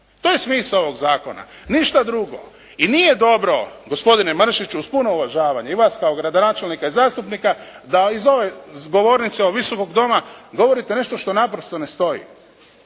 To je smisao ovog zakona. Ništa drugo. I nije dobro gospodine Mršiću uz puno uvažavanje i vas kao gradonačelnika i zastupnika da iz ove govornice, ovog Visokog doma govorite nešto što naprosto ne stoji.